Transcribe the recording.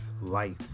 life